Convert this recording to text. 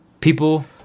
people